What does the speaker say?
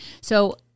So-